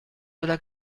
oder